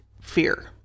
fear